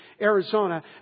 Arizona